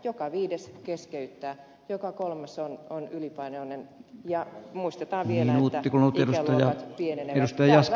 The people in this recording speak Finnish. joka viides keskeyttää joka kolmas on ylipainoinen ja muistetaan vielä että ikäluokat pienenevät